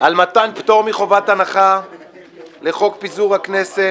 על מתן פטור מחובת הנחה לחוק פיזור הכנסת